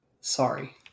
Sorry